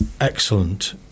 excellent